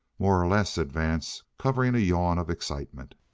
more or less, said vance, covering a yawn of excitement.